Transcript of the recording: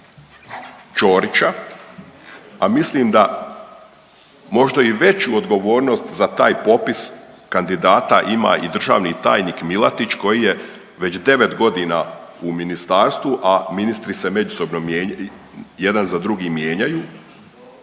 a mislim da možda i veću odgovornost za taj popis kandidata ima i državni tajnik Milatić koji je već 9 godina u ministarstvu, a ministri se međusobno jedan za drugim mijenjaju